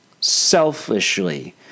selfishly